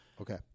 Okay